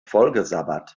vollgesabbert